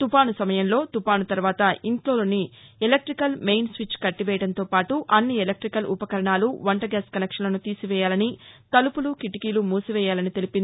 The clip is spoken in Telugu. తుఫాసు సమయంలో తుఫాసు తర్వాత ఇంట్లోని ఎలక్లికల్ మెయిన్ స్విచ్ కల్లివేయడంతో పాటు అన్ని ఎలక్టికల్ ఉపకరణాలు వంట గ్యాస్ కనెక్షప్షను తీసివేయాలని తలుపులు కిటికీలు మూసివేయాలని తెలిపింది